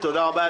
תודה רבה.